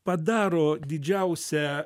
padaro didžiausią